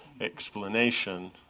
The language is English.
explanation